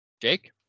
Jake